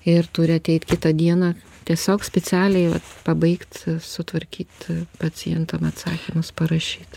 ir turi ateit kitą dieną tiesiog specialiai pabaigt sutvarkyt pacientam atsakymus parašyt